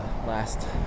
Last